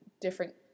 different